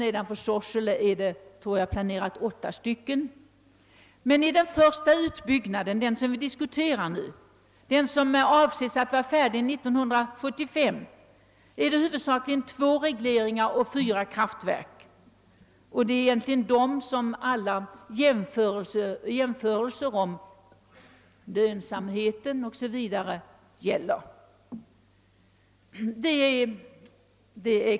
Nedanför Sorsele planeras nio kraftstationer. Den första utbyggnadsetappen — den som vi diskuterar nu och som avses bli färdig år 1975 — omfattar huvudsakligen två regleringar och fyra kraftverk, och det är egentligen dem som alla jämförelser om lönsamhet o. s. v. gäller.